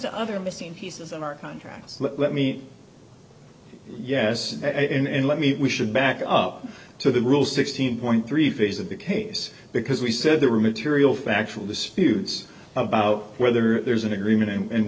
to other missing pieces in our contracts let me yes and let me we should back up to the rule sixteen point three phase of the case because we said there were material factual disputes about whether there is an agreement and